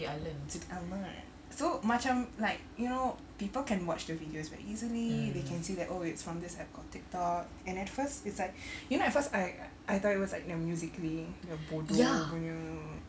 today I learn so macam like you know people can watch the videos very easily they can say oh that it's from this app called tiktok and at first it's like you know at first I I thought it was like the musically yang bodoh punya